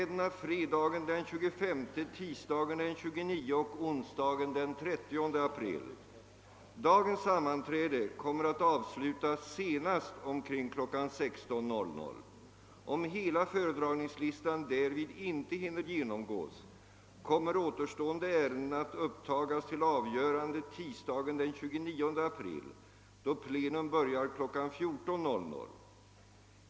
Dagens sammanträde kommer att avslutas senast omkring kl. 16.00. Om hela föredragningslistan därvid inte hinner genomgås kommer återstående ärenden att upptagas till avgörande tisdagen den 29 april, då plenum börjar kl. 14.00.